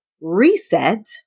reset